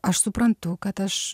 aš suprantu kad aš